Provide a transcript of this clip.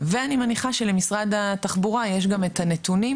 ואני מניחה שלמשרד התחבורה יש גם את הנתונים